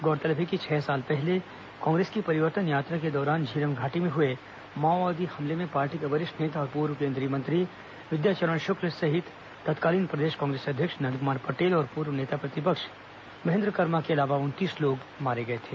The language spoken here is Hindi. गौरतलब है कि छह साल पहले कांग्रेस की परिवर्तन यात्रा के दौरान झीरम घाटी में हुए माओवादी हमले में पार्टी के वरिष्ठ नेता और पूर्व केंद्रीय मंत्री विद्याचरण शुक्ल तत्कालीन प्रदेश कांग्रेस अध्यक्ष नंदकुमार पटेल और पूर्व नेता प्रतिपक्ष महेन्द्र कर्मा सहित उनतीस लोग मारे गए थे